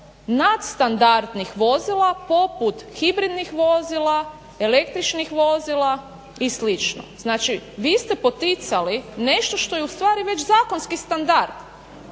nad standardnih vozila poput hibridnih vozila, električnih vozila i slično. Znači, vi ste poticali nešto što je u stvari već zakonski standard.